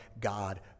God